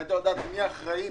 והייתה יודעת מי האחראי,